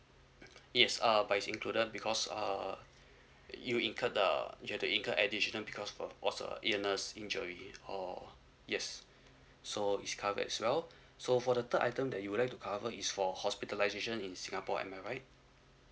yes um vise included because uh you incurred the you had to incur additional because for was for illness injury or yes so it's covered as well so for the third item that you would like to cover is for hospitalisation in singapore I am I right